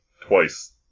twice